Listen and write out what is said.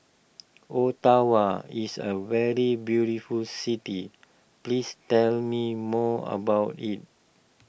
Ottawa is a very beautiful city please tell me more about it